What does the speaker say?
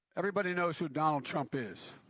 everybody knows who donald trump is.